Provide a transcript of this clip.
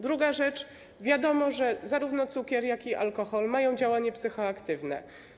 Druga rzecz, wiadomo, że zarówno cukier, jak i alkohol mają działanie psychoaktywne.